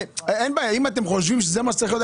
אין בעיה אם אתם חושבים שזה מה שצריך להיות,